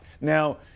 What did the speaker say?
Now